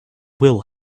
will